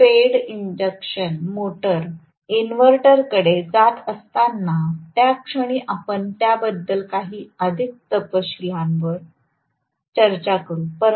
आपण fed induction motor इनव्हर्टरकडे जात असताना त्याक्षणी आपण त्याबद्दल अधिक तपशीलवार चर्चा करू